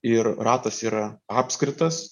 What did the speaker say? ir ratas yra apskritas